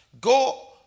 go